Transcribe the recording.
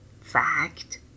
fact